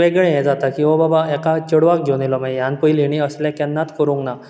वेगळें हें जाता की हो बाबा एका चेडवाक घवून आयला मागीर ह्यान पयली हेणें असलें केन्नात करूं ना